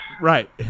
Right